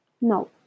no